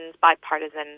bipartisan